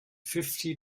fifty